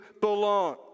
belong